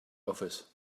office